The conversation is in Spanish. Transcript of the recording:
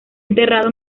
enterrado